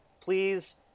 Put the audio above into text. Please